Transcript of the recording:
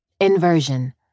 Inversion